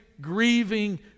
grieving